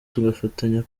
tugafatanya